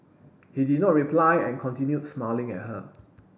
he did not reply and continued smiling at her